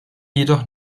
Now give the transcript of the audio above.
jedoch